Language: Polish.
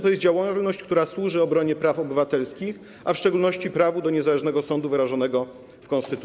To jest działalność, która służy obronie praw obywatelskich, a w szczególności prawu do niezależnego sądu wyrażonego w konstytucji.